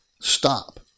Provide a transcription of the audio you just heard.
Stop